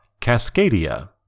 Cascadia